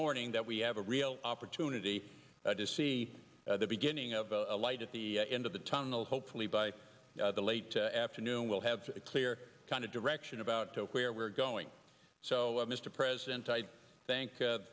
morning that we have a real opportunity to see the beginning of a light at the end of the tunnel hopefully by the late afternoon we'll have a clear kind of action about where we're going so mr president i thank